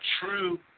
true